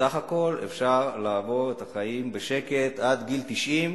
וסך הכול אפשר לעבור את החיים בשקט, עד גיל 90,